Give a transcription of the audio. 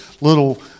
little